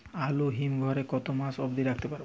আলু হিম ঘরে কতো মাস অব্দি রাখতে পারবো?